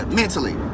mentally